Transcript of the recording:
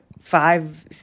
five